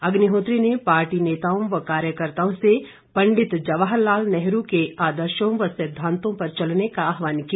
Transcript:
अग्निहोत्री ने पार्टी नेताओं व कार्यकर्ताओं से पंडित जवाहर लाल नेहरू के आदर्शों व सिद्वांतों पर चलने का आह्वान किया